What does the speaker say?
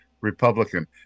Republican